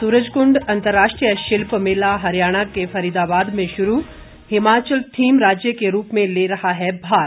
सूरजकुंड अंतर्राष्ट्रीय शिल्प मेला हरियाणा के फरीदाबाद में शुरू हिमाचल थीम राज्य के रूप में ले रहा है भाग